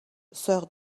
sir